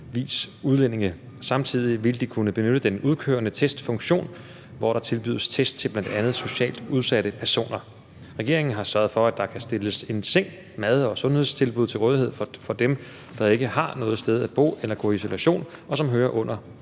udlændinge. Samtidig vil de kunne benytte den udkørende testfunktion, hvor der tilbydes test til bl.a. socialt udsatte personer. Regeringen har sørget for, at der kan stilles en seng, mad og sundhedstilbud til rådighed for dem, der ikke har noget sted at bo eller gå i isolation, og som hører under